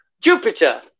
Jupiter